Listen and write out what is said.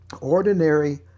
Ordinary